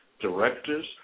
directors